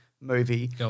movie